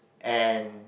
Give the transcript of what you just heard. and